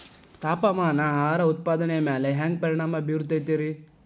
ತಾಪಮಾನ ಆಹಾರ ಉತ್ಪಾದನೆಯ ಮ್ಯಾಲೆ ಹ್ಯಾಂಗ ಪರಿಣಾಮ ಬೇರುತೈತ ರೇ?